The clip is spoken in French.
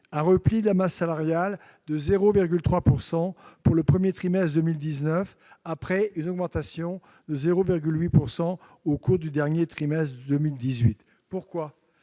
un repli de la masse salariale de 0,3 % pour le premier trimestre de 2019, après une augmentation de 0,8 % au cours du dernier trimestre de 2018. Sans doute